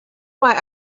why